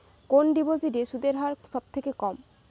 কোন ডিপোজিটে সুদের হার সবথেকে কম?